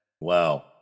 Wow